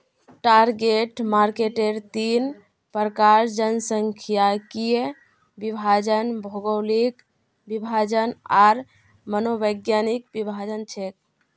target मार्केटेर तीन प्रकार जनसांख्यिकीय विभाजन, भौगोलिक विभाजन आर मनोवैज्ञानिक विभाजन छेक